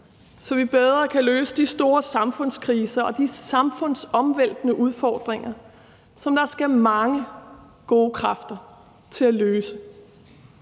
så vi bedre kan løse de store samfundskriser og de samfundsomvæltende udfordringer, som der skal mange gode kræfter til for at løse: